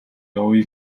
явъя